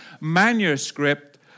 manuscript